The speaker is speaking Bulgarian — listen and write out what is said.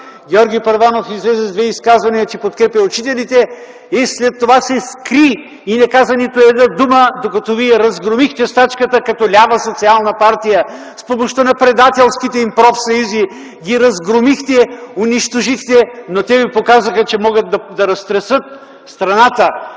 Георги Първанов излезе с две изказвания, че подкрепя учителите и след това се скри и не каза нито една дума, докато вие разгромихте стачката като лява социална партия, с помощта на предателските им профсъюзи ги разгромихте, унищожихте. Но те ви показаха, че могат да разтресат страната.